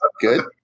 Good